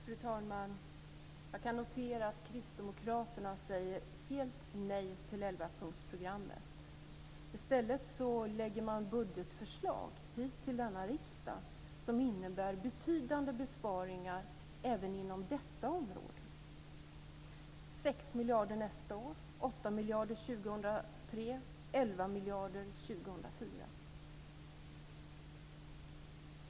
Fru talman! Jag kan notera att Kristdemokraterna säger helt nej till elvapunktsprogrammet. I stället lägger man budgetförslag här i denna riksdag som innebär betydande besparingar även inom detta område: 6 miljarder nästa år, 8 miljarder 2003, 11 miljarder 2004.